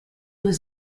was